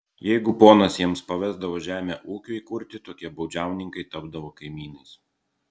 jeigu ponas jiems pavesdavo žemę ūkiui įkurti tokie baudžiauninkai tapdavo kaimynais